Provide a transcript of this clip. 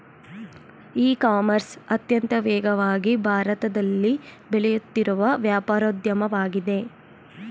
E commerce ಅತ್ಯಂತ ವೇಗವಾಗಿ ಭಾರತದಲ್ಲಿ ಬೆಳೆಯುತ್ತಿರುವ ವ್ಯಾಪಾರೋದ್ಯಮವಾಗಿದೆ